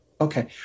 okay